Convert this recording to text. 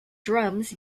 drums